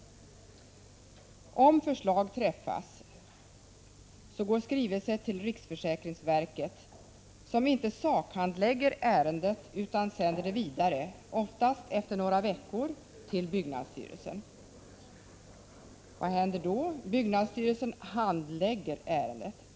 6. Om förslag träffas går en skrivelse till riksförsäkringsverket som inte sakhandlägger ärendet utan sänder det vidare — oftast efter några veckor - till byggnadsstyrelsen. 7. Byggnadsstyrelsen handlägger ärendet.